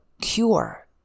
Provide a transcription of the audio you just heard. cure